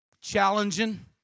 challenging